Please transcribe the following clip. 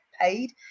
paid